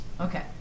Okay